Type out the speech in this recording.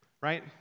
right